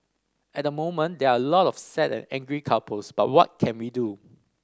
at the moment there are a lot of sad and angry couples but what can we do